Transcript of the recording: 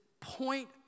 point